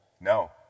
no